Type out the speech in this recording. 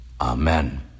Amen